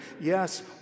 Yes